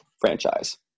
franchise